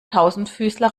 tausendfüßler